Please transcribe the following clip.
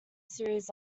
series